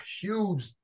huge